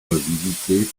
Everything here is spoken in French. visité